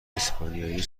اسپانیایی